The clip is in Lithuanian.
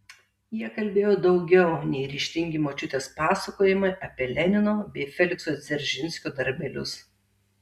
jie kalbėjo daugiau nei ryžtingi močiutės pasakojimai apie lenino bei felikso dzeržinskio darbelius